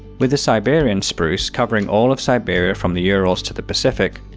with the siberian spruce covering all of siberia from the urals to the pacific,